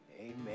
Amen